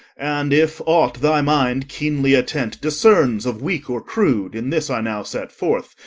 and if aught thy mind, keenly attent, discerns of weak or crude in this i now set forth,